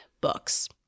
books